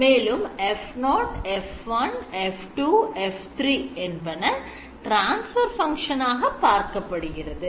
மேலும் F0 F1 F2 F3 என்பன transfer function ஆக பார்க்கப்படுகிறது